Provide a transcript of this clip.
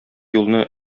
юлны